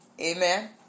Amen